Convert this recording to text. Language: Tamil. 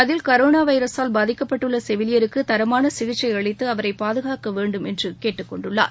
அதில் கரோணா வைரஸால் பாதிக்கப்பட்டுள்ள செவிலியருக்கு தரமான சிகிச்சை அளித்து அவரை பாதுகாக்க வேண்டும் என்று கேட்டுக்கொண்டுள்ளார்